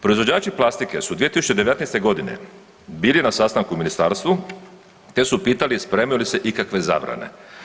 Proizvođači plastike su 2019.g. bili na sastanku u ministarstvu, te su pitali spremaju li se ikakve zabrane.